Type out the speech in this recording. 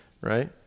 right